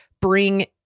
bring